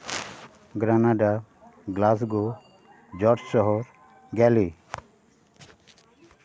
ᱜᱨᱟᱭᱢᱟᱰᱟ Glasgow George ᱥᱚᱦᱚᱨ ᱜᱮᱞᱤ